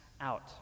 out